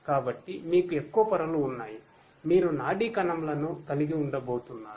కాబట్టి మీకు ఎక్కువ పొరలు ఉన్నాయి మీరు నాడీ కణంలను కలిగి ఉండబోతున్నారు